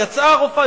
יצאה הרופאה,